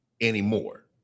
anymore